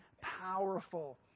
powerful